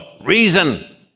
reason